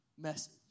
message